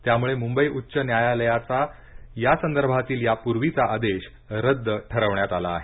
त्यामुळे मुंबई उच्च न्यायालयाचा या संदर्भातील या पूर्वीचा आदेश रद्द ठरवण्यात आला आहे